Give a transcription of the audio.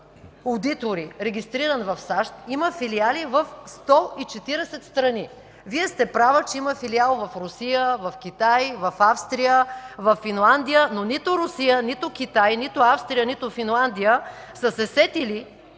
одитори, регистриран в САЩ, има филиали в 140 страни. Вие сте права, че има филиал в Русия, в Китай, в Австрия, във Финландия, но нито Русия, нито Китай, нито Австрия, нито Финландия са се сетили